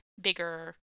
bigger